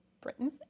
Britain